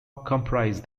comprise